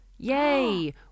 Yay